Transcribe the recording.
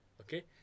Okay